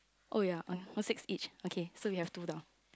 oh ya oh ya one six each okay so we have two down